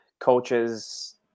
coaches